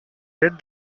did